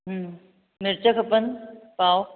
मिर्चु खपनि पाउ